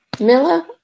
Milla